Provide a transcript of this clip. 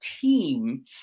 team